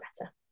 better